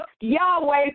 Yahweh